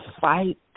fight